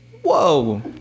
whoa